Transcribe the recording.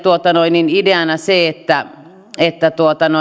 ideana se että että